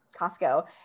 Costco